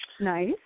Nice